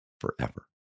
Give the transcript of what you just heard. forever